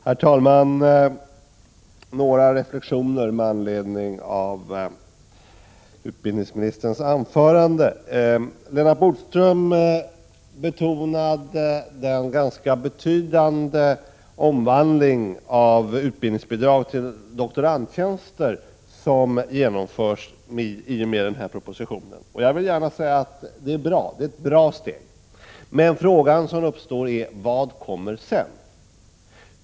Herr talman! Några reflexioner med anledning av utbildningsministerns anförande. Lennart Bodström betonade den ganska betydande omvandling avutbildningsbidraget till doktorandtjänster som genomförs i och med denna proposition. Jag vill gärna säga att det är ett bra steg. Men den fråga som uppstår är: Vad kommer sedan?